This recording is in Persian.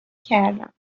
کردم